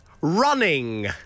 running